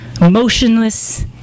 motionless